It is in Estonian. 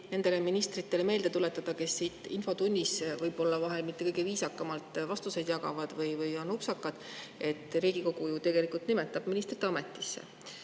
nendele ministritele, kes infotunnis võib-olla vahel mitte kõige viisakamalt vastuseid jagavad või on upsakad, et Riigikogu ju tegelikult nimetab ministrid ametisse.